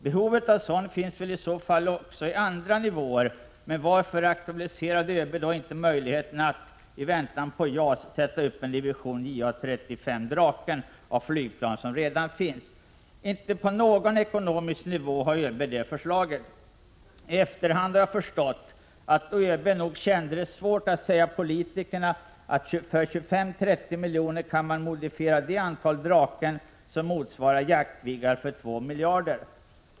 Behovet av sådan finns väl i så fall också på andra nivåer, men varför aktualiserade ÖB då inte möjligheten att — i väntan på JAS — sätta upp en division JA 35 Draken av flygplan som redan finns? Inte på någon ekonomisk nivå hade ÖB det förslaget. I efterhand har jag förstått att ÖB nog kände det svårt att säga politikerna att för 25—30 miljoner kan man modifiera det antal Draken som motsvarar Jaktviggar för 2 miljarder.